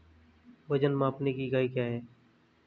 वजन मापने की इकाई क्या है?